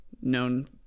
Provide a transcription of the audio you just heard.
known